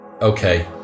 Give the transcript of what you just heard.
Okay